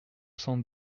cent